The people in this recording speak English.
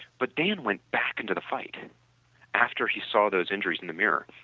but dan went back into the fight after he saw those injuries in the mirror.